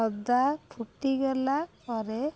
ଅଦା ଫୁଟିଗଲା ପରେ